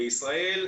בישראל,